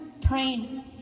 praying